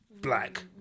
black